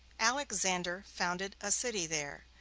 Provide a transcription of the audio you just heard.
alexander founded a city there,